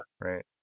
Right